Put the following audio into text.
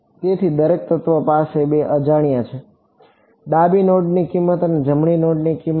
તેથી દરેક તત્વ પાસે બે અજાણ્યા છે ડાબી નોડ કિંમત અને જમણી નોડ કિંમત